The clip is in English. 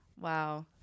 Wow